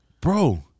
Bro